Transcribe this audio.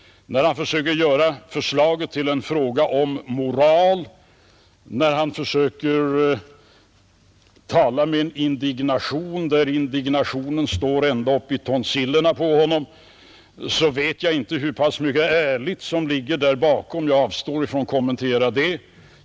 När han försöker göra förslaget till en fråga om moral, när han försöker tala med den där indignationen som står ända upp i tonsillerna på honom, vet jag inte hur mycket ärlighet som finns bakom. Jag avstår från att kommentera detta.